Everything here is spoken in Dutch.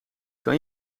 kan